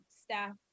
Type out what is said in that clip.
staff